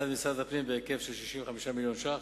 הצעת משרד הפנים, בהיקף של 65 מיליון שקלים.